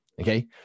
Okay